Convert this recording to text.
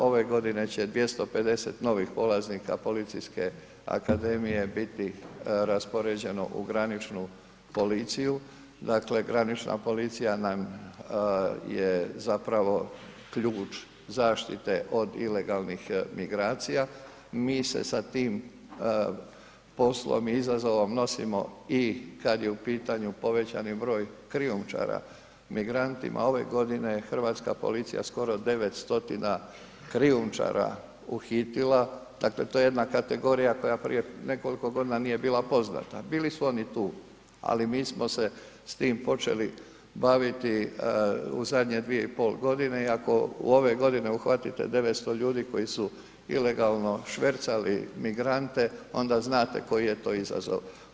Ove godine će 250 novih polaznika Policijske akademije biti raspoređeno u graničnu policiju, dakle granična policija nam je zapravo ključ zaštite od ilegalnih migracija, mi se sa tim poslom i izazovom nosimo i kad je u pitanju povećani broj krijumčara, migranata, ove godine je hrvatska policija skoro 900 krijumčara uhitila, dakle to je jedna kategorija koja prije nekoliko godina nije bila poznata, bili su oni tu ali mi smo se s tim počeli baviti u zadnje 2,5 g. i ako ove godine uhvatite 900 ljudi koji su ilegalno švercali migrante, onda znate koji je to izazov.